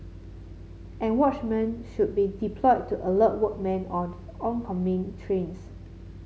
and watchmen should be deployed to alert workmen of oncoming trains